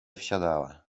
wsiadała